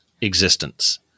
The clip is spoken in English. existence